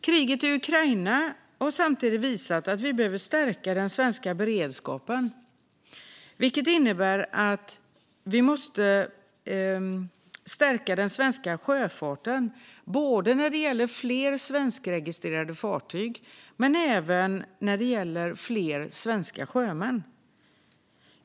Kriget i Ukraina har samtidigt visat att vi behöver stärka den svenska sjöfarten, vilket innebär att vi måste stärka den när det gäller både fler svenskregistrerade fartyg och fler svenska sjömän.